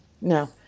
No